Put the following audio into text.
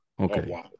Okay